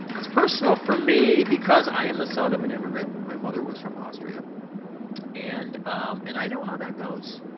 it's personal for me because i am the son of an immigrant. my mother was from austria and and i know how that goes.